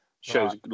Shows